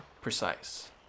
precise